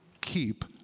keep